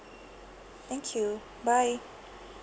thank you bye